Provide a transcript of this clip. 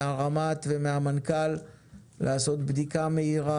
מהרמ"ט ומהמנכ"ל לעשות בדיקה מהירה